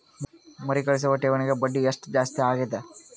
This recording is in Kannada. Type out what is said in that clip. ಮರುಕಳಿಸುವ ಠೇವಣಿಗೆ ಬಡ್ಡಿ ಎಷ್ಟ ಜಾಸ್ತಿ ಆಗೆದ?